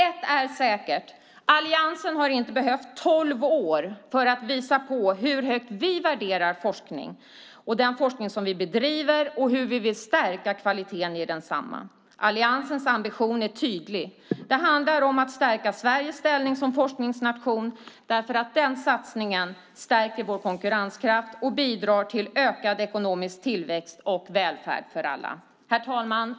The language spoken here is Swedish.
Ett är säkert: Alliansen har inte behövt tolv år för att visa hur högt vi värderar forskning, den forskning vi bedriver och hur vi vill stärka kvaliteten i densamma. Alliansens ambition är tydlig. Det handlar om att stärka Sveriges ställning som forskningsnation. Den satsningen stärker vår konkurrenskraft och bidrar till ökad ekonomisk tillväxt och välfärd för alla. Herr talman!